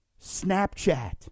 Snapchat